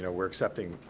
you know we're accepting